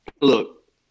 look